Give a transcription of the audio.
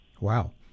Wow